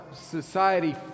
society